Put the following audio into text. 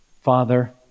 Father